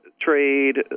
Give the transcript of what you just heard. trade